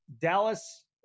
Dallas